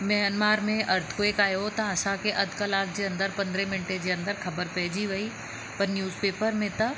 Myanmar में earthquake आहियो त असांखे अधु कलाक जे अंदरि पंद्रहं मिंट जे अंदरि ख़बरु पइजी वई पर न्यूज़पेपर में त